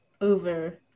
over